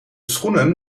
schoenen